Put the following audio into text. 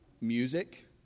Music